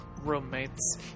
roommates